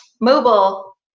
mobile